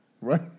right